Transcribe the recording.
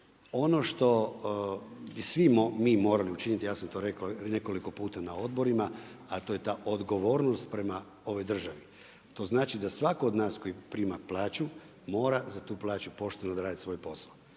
Ono što bismo svi mi morali učiniti, ja sam to rekao nekoliko puta na odborima, a to je ta odgovornost prema ovoj državi, to znači da svako od nas koji prima plaću mora za tu plaću pošteno odraditi svoj posao,